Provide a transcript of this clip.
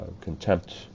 contempt